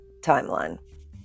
timeline